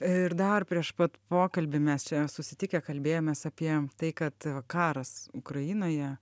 ir dar prieš pat pokalbį mes čia susitikę kalbėjomės apie tai kad karas ukrainoje